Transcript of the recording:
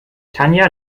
tanja